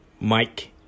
mike